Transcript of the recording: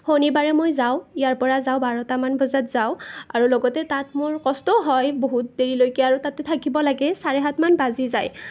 শনিবাৰে মই যাওঁ ইয়াৰ পৰা যাওঁ বাৰটামান বজাত যাওঁ আৰু লগতে তাত মোৰ কষ্টও হয় বহুত দেৰিলৈকে আৰু তাতে থাকিব লাগে চাৰে সাত মান বাজি যায়